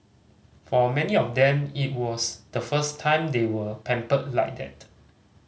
for many of them it was the first time they were pampered like that